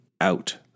out